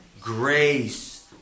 grace